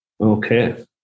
Okay